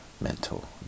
mental